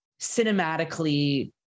cinematically